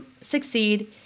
succeed